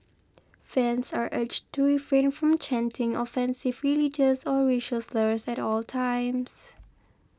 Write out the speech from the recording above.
fans are urged to refrain from chanting offensive religious or racial slurs at all times